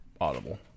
audible